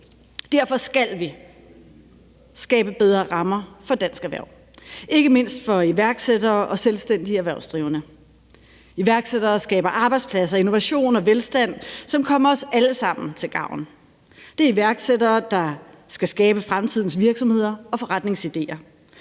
Derfor skal vi skabe bedre rammer for dansk erhverv, ikke mindst for iværksættere og selvstændige erhvervsdrivende. Iværksættere skaber arbejdspladser, innovation og velstand, som kommer os alle sammen til gavn. Det er iværksættere, der skal skabe fremtidens virksomheder og forretningsidéer.